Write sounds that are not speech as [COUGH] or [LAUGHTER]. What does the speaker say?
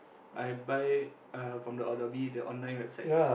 I buy uh from the Adobe the online website [NOISE]